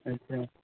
ਅੱਛਾ